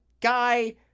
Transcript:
guy